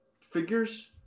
figures